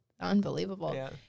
unbelievable